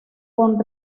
con